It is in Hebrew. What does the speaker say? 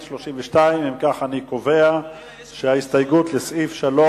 32. אם כך, אני קובע שההסתייגות לסעיף 3